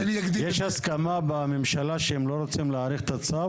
יש הסכמה בממשלה שהם לא רוצים להאריך את הצו,